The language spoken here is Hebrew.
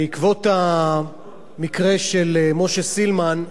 בעקבות המקרה של משה סילמן,